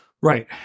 Right